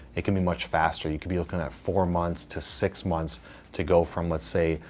it can be much faster. you could be looking at four months to six months to go from, let's say,